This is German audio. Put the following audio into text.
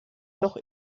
doch